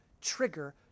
trigger